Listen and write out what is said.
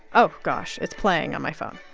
oh, gosh, it's playing on my phone.